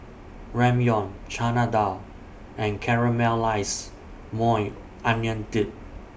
Ramyeon Chana Dal and Caramelized Maui Onion Dip